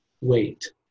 wait